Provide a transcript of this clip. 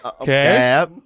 Okay